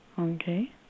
Okay